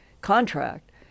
contract